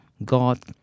God